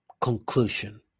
conclusion